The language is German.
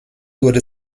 wurde